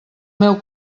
meu